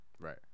Right